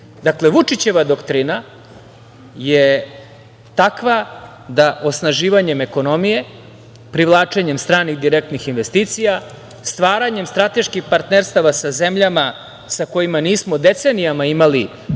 zemlje. Dakle, Vučićeva doktrina je takva da osnaživanjem ekonomije, privlačenjem stranih direktnih investicija, stvaranjem strateških partnerstava sa zemljama sa kojima nismo decenijama imali gotovo